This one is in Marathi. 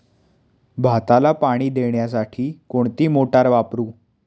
भाताला पाणी देण्यासाठी कोणती मोटार वापरू?